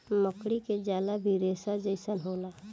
मकड़ी के जाला भी रेसा जइसन होला